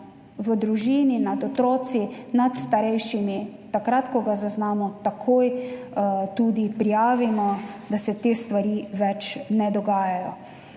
v družini, nad otroki, nad starejšimi, takrat ko ga zaznamo, takoj tudi prijavimo, da se te stvari več ne dogajajo.